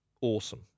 Awesome